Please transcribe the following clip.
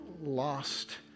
lost